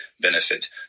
benefit